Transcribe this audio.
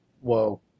Whoa